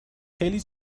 خیلی